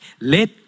Let